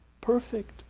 Perfect